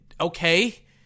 okay